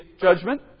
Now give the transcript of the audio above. judgment